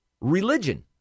Religion